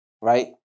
right